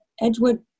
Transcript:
Edgewood